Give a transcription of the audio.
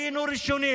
היינו ראשונים